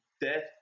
death